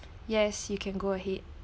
yes you can go ahead